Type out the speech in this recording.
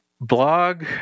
blog